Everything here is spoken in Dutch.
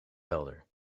helder